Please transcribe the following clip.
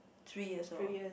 three years old ah